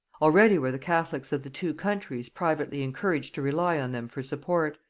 already were the catholics of the two countries privately encouraged to rely on them for support,